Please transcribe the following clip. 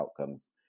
outcomes